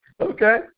Okay